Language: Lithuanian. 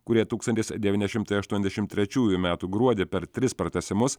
kurie tūkstantis devyni šimtai aštuoniasdešimt trečių metų gruodį per tris pratęsimus